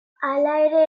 hala